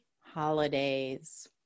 holidays